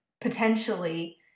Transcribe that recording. potentially